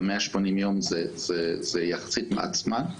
ו-180 יום זה יחסית מעט זמן.